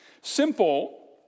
Simple